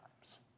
times